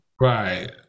Right